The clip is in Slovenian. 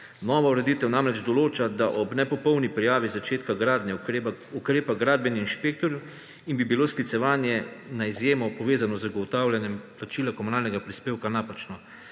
Nova ureditev namreč določa, da ob nepopolni prijavi začetka granje ukrepa gradbeni inšpektor in bi bilo sklicevanje na izjemo povezano z zagotavljanjem plačila komunalnega prispevka napačno,